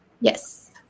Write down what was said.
Yes